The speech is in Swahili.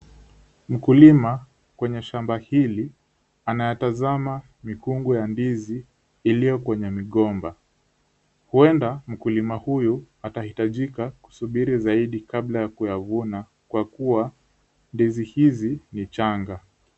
Mkulima kwenye shamba hili anatazama mikungu ya ndizi iliyo kwenye migomba. Huenda mkulima huyu atahitajika kusubiri zaidi kabla ya kuyavuna kwa kuwa ndizi hizi ni changa.